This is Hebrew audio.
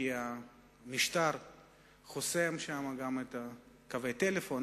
כי המשטר חוסם שם גם את קווי הטלפון,